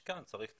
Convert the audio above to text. מה שכן, צריך סיוע.